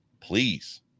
please